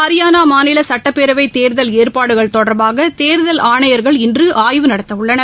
ஹரியானா மாநில சுட்டப்பேரவை தேர்தல் ஏற்பாடுகள் தொடர்பாக தேர்தல் ஆணையர்கள் இன்று ஆய்வு நடத்தவுள்ளனர்